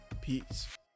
Peace